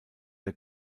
der